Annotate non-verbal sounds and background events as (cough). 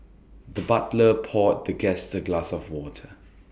the (noise) butler poured the guest A glass of water